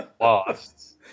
Lost